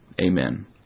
Amen